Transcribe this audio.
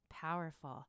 Powerful